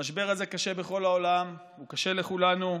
המשבר הזה קשה בכל העולם, הוא קשה לכולנו.